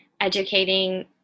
educating